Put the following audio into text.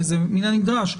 כי זה מן הנדרש,